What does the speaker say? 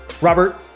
Robert